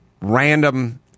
random